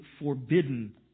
forbidden